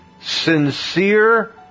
sincere